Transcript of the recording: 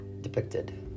depicted